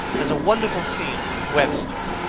as a wonderful scene from webster,